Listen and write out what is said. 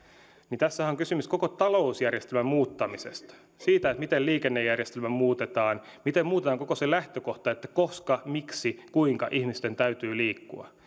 niin tässähän on kysymys koko talousjärjestelmän muuttamisesta siitä miten liikennejärjestelmä muutetaan miten muutetaan koko se lähtökohta koska miksi kuinka ihmisten täytyy liikkua